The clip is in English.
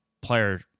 player